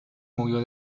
movió